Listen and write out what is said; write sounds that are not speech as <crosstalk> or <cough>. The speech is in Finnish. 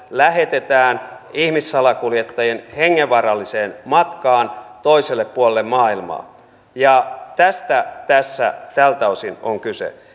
lähetetään ihmissalakuljettajien matkaan hengenvaaralliselle matkalle toiselle puolelle maailmaa tästä tässä tältä osin on kyse <unintelligible>